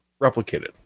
replicated